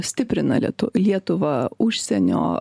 stiprina lietu lietuvą užsienio